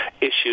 issues